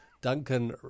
Duncan